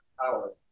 power